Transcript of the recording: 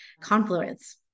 confluence